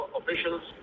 officials